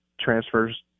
transfers –